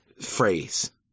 phrase